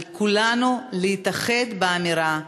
על כולנו להתאחד באמירה: